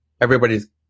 everybody's